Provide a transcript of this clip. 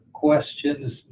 questions